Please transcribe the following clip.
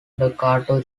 dakota